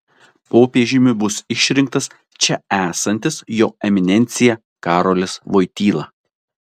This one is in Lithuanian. popiežiumi bus išrinktas čia esantis jo eminencija karolis voityla